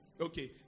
Okay